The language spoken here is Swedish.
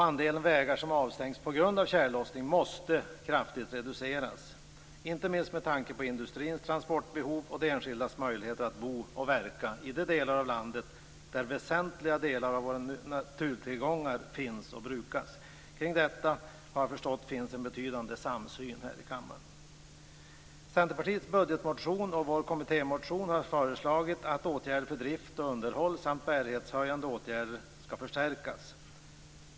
Andelen vägar som avstängs på grund av tjällossning måste kraftigt reduceras, inte minst med tanke på industrins transportbehov och de enskildas möjligheter att bo och verka i de delar av landet där väsentliga delar av våra naturtillgångar finns och brukas. Kring detta har jag förstått att det finns en betydande samsyn här i kammaren. I Centerpartiets budgetmotion och kommittémotion har vi föreslagit att åtgärder för drift och underhåll samt för bärighetshöjande åtgärder skall förstärkas.